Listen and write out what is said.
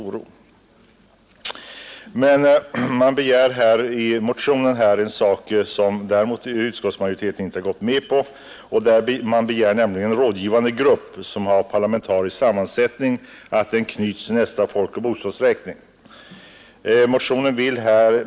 I motionen begär man emellertid något som utskottsmajoriteten däremot inte gått med på, nämligen att en rådgivande grupp med parlamentarisk förankring skall knytas till nästa folkoch bostadsräkning.